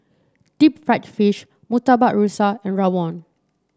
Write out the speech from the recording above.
Deep Fried Fish Murtabak Rusa and rawon